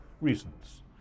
reasons